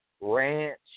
ranch